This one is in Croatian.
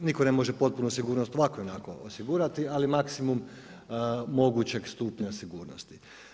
Nitko ne može potpuno sigurnost ovako i onako osigurati ali maksimum mogućeg stupnja sigurnosti.